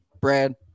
Brad